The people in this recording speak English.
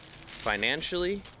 financially